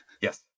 Yes